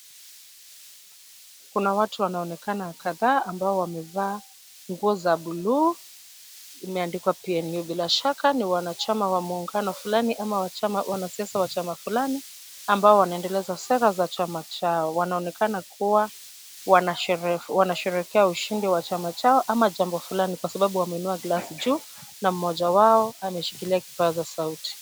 Kuna watu wanaonekana kadhaa ambao wamevaa nguo za buluu. Imeandikwa PNU bila shaka, ni wanachama wa muungano fulani ama wachama, wanasiasa wa chama fulani, ambao wanaendeleza sera za chama chao. Wanaonekana kuwa wanasherehekea ushindi wa chama chao ama jambo fulani, kwa sababu wameinua glasi juu na mmoja wao ameshikilia kipaza sauti.